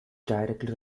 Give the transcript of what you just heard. directly